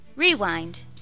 Rewind